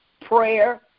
Prayer